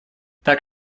так